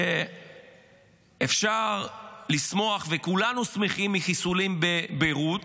שאפשר לשמוח, וכולנו שמחים מחיסולים בביירות,